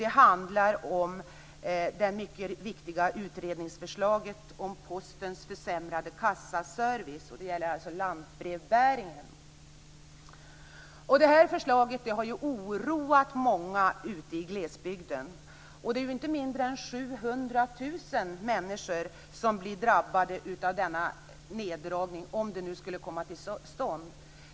Det handlar om det mycket viktiga utredningsförslaget om postens försämrade kassaservice. Det gäller alltså lantbrevbäringen. Det här förslaget har ju oroat många ute i glesbygden. Det är inte mindre än 700 000 människor som blir drabbade av denna neddragning om den skulle komma till stånd.